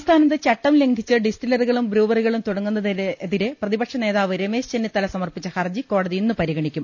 സംസ്ഥാനത്ത് ചട്ടം ലംഘിച്ച് ഡിസ്റ്റിലറികളും ബ്രൂവറികളും തുടങ്ങുന്നതിനെതിരെ പ്രതിപക്ഷനേതാവ് രമേശ് ചെന്നിത്തല സമർപ്പിച്ച ഹർജി കോടതി ഇന്ന് പരിഗണിക്കും